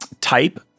type